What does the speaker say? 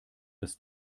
des